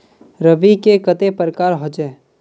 रवि के कते प्रकार होचे?